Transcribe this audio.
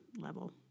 level